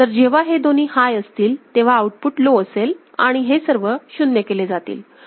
तर जेव्हा हे दोन्ही हाय असतील तेव्हा आउटपुट लो असेल आणि हे सर्व 0 केले जातील